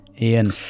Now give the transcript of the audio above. Ian